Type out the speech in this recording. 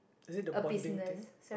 is it the bonding thing